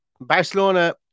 Barcelona